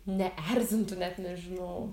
neerzintų net nežinau